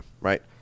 right